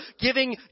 giving